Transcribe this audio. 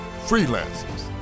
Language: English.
freelancers